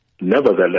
Nevertheless